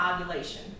ovulation